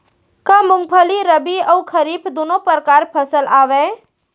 का मूंगफली रबि अऊ खरीफ दूनो परकार फसल आवय?